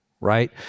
right